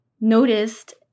noticed